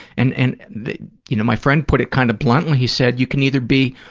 and and, you know, my friend put it kind of bluntly. he said, you can either be,